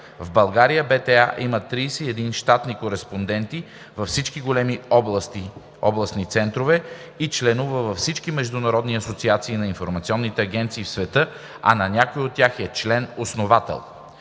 В България БТА има 31 щатни кореспонденти във всички големи областни центрове и членува във всички международни асоциации на информационните агенции в света, а на някои от тях е член-основател.